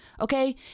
Okay